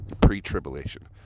pre-tribulation